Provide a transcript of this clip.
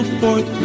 forth